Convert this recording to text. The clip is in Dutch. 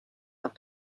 dat